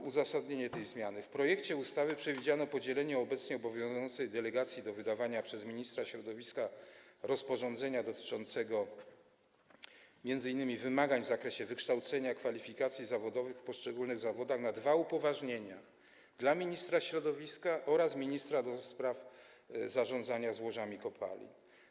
W uzasadnieniu tej zmiany mówi się, że w projekcie ustawy przewidziano podzielenie obecnie obowiązującej delegacji do wydawania przez ministra środowiska rozporządzenia dotyczącego m.in. wymagań w zakresie wykształcenia, kwalifikacji zawodowych w poszczególnych zawodach na dwa upoważnienia: dla ministra środowiska oraz ministra do spraw zarządzania złożami kopalin.